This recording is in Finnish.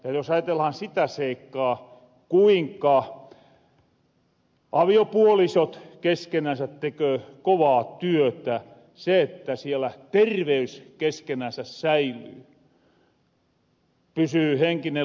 ja jos ajatellahan sitä seikkaa kuinka aviopuolisot keskenänsä teköö kovaa työtä se että siellä terveys keskenänsä säilyy pysyy henkinen luottamus ja näin